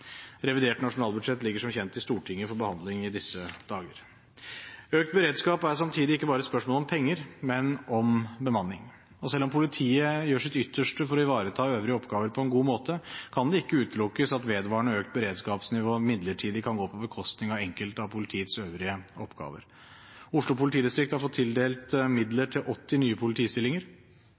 Revidert nasjonalbudsjett ligger, som kjent, i Stortinget for behandling i disse dager. Økt beredskap er samtidig ikke bare et spørsmål om penger, men også om bemanning. Selv om politiet gjør sitt ytterste for å ivareta øvrige oppgaver på en god måte, kan det ikke utelukkes at et vedvarende økt beredskapsnivå midlertidig kan gå på bekostning av enkelte av politiets øvrige oppgaver. Oslo politidistrikt har fått tildelt midler til 80 nye politistillinger